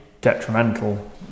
detrimental